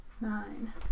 Nine